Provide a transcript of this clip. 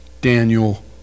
Daniel